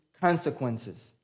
consequences